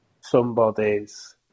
somebody's